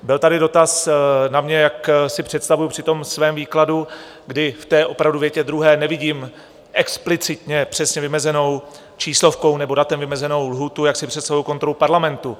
Byl tady dotaz na mě, jak si představuji při tom svém výkladu, kdy v té opravdu větě druhé nevidím explicitně přesně vymezenou číslovkou nebo datem vymezenou lhůtu, jak si představuji kontrolu Parlamentu.